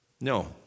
No